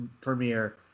premiere